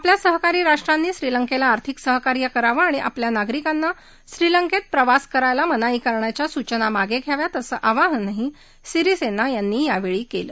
आपल्या सहकारी राष्ट्रांनी श्रीलंकेला आर्थिक सहकार्य करावं आणि आपल्या नागरिकांना श्रीलंकेत प्रवास करायला मनाई करणाऱ्या सूबना मागे घ्याव्यात असं आवाहनही सिरीसेना यांनी यावेळी केलं